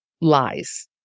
lies